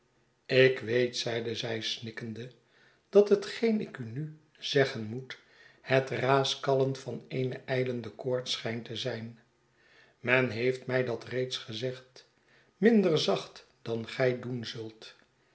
ik weet zeide zij snikkende dat hetgeen ik u nu zeggen moet het raaskallen van eene ijlende koorts schijnt te zijn men heeft mij dat reeds gezegd minder zacht dan gij doen zult